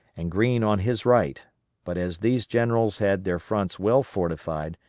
and greene on his right but as these generals had their fronts well fortified,